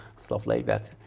stuff like that,